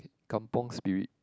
kampung Spirit